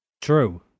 True